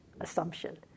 assumption